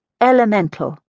elemental